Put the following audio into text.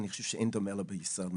אני חושב שאין דומה לו בישראל,